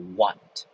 want